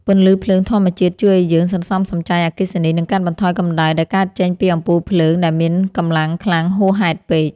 ពន្លឺភ្លើងធម្មជាតិជួយឱ្យយើងសន្សំសំចៃអគ្គិសនីនិងកាត់បន្ថយកម្តៅដែលកើតចេញពីអំពូលភ្លើងដែលមានកម្លាំងខ្លាំងហួសហេតុពេក។